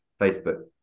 Facebook